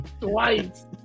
Twice